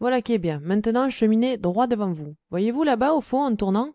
voilà qui est bien maintenant cheminez droit devant vous voyez vous là-bas au fond en tournant